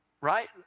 right